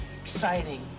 exciting